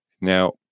now